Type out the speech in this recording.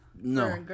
No